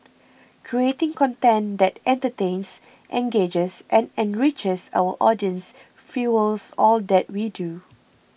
creating content that entertains engages and enriches our audiences fuels all that we do